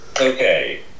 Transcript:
Okay